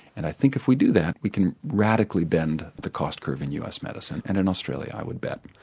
and i think if we do that we can radically bend the cost curve in us medicine and in australia i would bet.